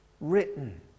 written